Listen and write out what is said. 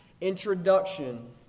introduction